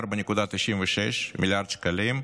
4.96 מיליארד שקלים,